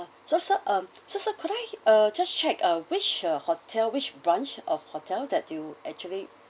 so so um so so could I uh just check uh which uh hotel which branch of hotel that you actually